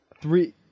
Three